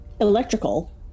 electrical